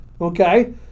okay